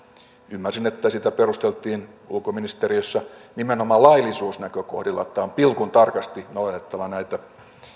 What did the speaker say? ymmärsin että sitä perusteltiin ulkoministeriössä nimenomaan laillisuusnäkökohdilla että on pilkuntarkasti noudatettava näitä